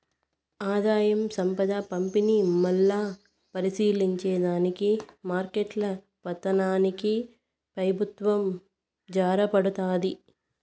ఆదాయం, సంపద పంపిణీ, మల్లా పరిశీలించే దానికి మార్కెట్ల పతనానికి పెబుత్వం జారబడతాది